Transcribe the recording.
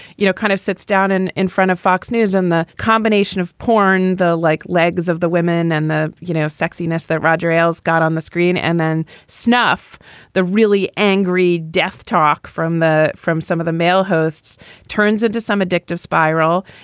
you know, kind of sits down in in front of fox news and the combination of porn, the like legs of the women and the, you know, sexiness that roger ailes got on the screen and then snuff the really angry death talk from the from some of the male hosts turns into some addictive spiral.